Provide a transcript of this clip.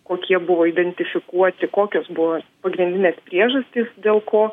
kokie buvo identifikuoti kokios buvo pagrindinės priežastys dėl ko